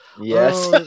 Yes